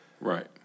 Right